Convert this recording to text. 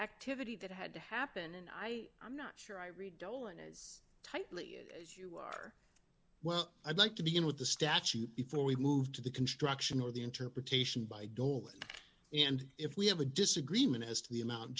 activity that had to happen and i am not sure i read dolan as tightly as you are well i'd like to begin with the statute before we move to the construction or the interpretation by dolan and if we have a disagreement as to the amount